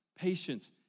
patience